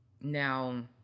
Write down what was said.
now